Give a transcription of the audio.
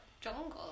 jungle